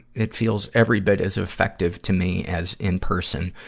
it feels every bit as effective to me as in-person,